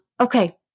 okay